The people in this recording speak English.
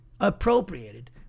appropriated